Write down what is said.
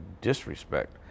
disrespect